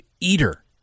eater